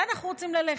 לאן אנחנו רוצים ללכת?